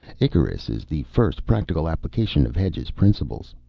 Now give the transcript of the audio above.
icarus is the first practical application of hedge's principles.